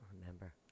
remember